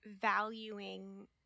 valuing